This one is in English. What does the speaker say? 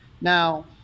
Now